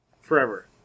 Forever